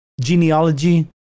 genealogy